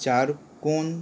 চার কোন